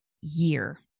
year